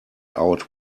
out